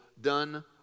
done